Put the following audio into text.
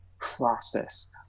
process